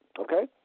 Okay